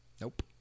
Nope